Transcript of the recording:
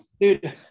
dude